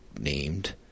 named